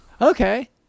Okay